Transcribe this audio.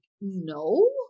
no